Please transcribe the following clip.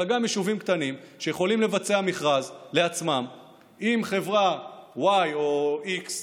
אלא גם יישובים קטנים שיכולים לבצע מכרז לעצמם עם חברה y או x,